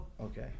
Okay